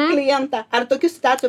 klientą ar tokių situacijų